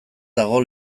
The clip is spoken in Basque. dago